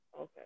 okay